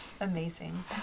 Amazing